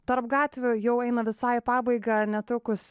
tarp gatvių jau eina visai į pabaigą netrukus